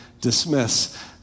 dismiss